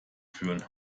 führen